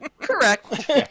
Correct